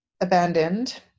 abandoned